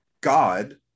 God